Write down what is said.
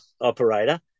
operator